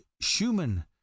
Schumann